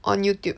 on Youtube